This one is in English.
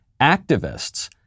activists